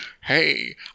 Hey